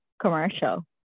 commercial